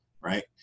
right